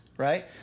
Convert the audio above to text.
Right